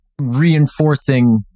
reinforcing